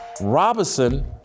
Robinson